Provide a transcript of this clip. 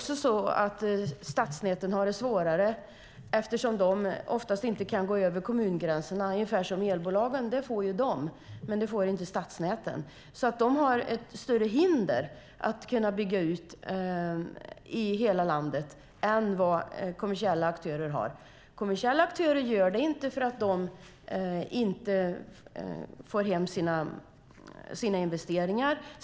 Stadsnäten har det också svårare eftersom de oftast inte kan gå över kommungränserna, som elbolagen. De får det, men det får inte stadsnäten. Därför har de ett större hinder när det gäller att bygga ut i hela landet än vad kommersiella aktörer har. Kommersiella aktörer gör det inte eftersom de inte får hem sina investeringar.